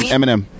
Eminem